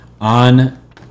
on